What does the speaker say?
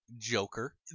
Joker